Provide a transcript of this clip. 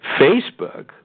Facebook